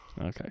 Okay